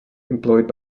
employed